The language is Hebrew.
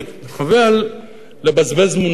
חבל לבזבז מונחים